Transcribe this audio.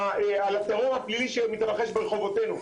על הטרור הפלילי שמתרחש ברחובותינו.